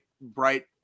bright